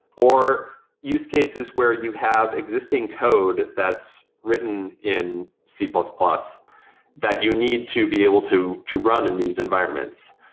or use cases where you have existing code that's written in c plus plus that you need to be able to to run in these environments.